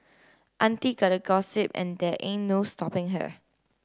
auntie gotta gossip and there ain't no stopping her